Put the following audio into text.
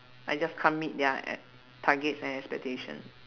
I just can't meet their targets and expectation